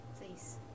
please